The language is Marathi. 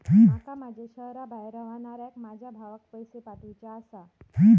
माका माझ्या शहराबाहेर रव्हनाऱ्या माझ्या भावाक पैसे पाठवुचे आसा